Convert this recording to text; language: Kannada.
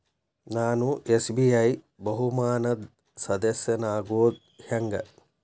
ನಾನು ಎಸ್.ಬಿ.ಐ ಬಹುಮಾನದ್ ಸದಸ್ಯನಾಗೋದ್ ಹೆಂಗ?